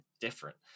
different